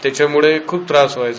त्याच्यामुळे खूप त्रास व्हायचा